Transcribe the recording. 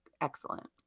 excellent